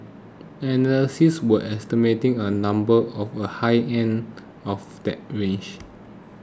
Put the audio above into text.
analysts were estimating a number of the high end of that range